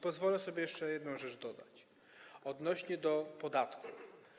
Pozwolę sobie jeszcze jedną rzecz dodać odnośnie do podatków.